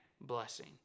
blessing